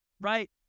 right